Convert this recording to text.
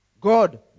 God